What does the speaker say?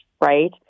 Right